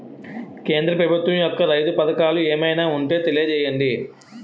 కేంద్ర ప్రభుత్వం యెక్క రైతు పథకాలు ఏమైనా ఉంటే తెలియజేయండి?